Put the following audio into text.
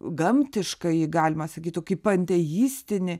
gamtiškąjį galima sakyt tokį panteistinį